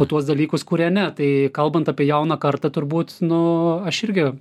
o tuos dalykus kurie ne tai kalbant apie jauną kartą turbūt nu aš irgi